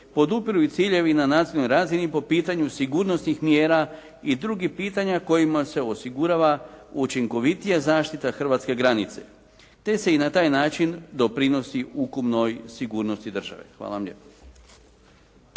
podupiru i ciljevi na nacionalnoj razini po pitanju sigurnosnih mjera i drugih pitanja kojima se osigurava učinkovitija zaštita hrvatske granice, te se i na taj način doprinosi ukupnoj sigurnosti države. Hvala vam lijepo.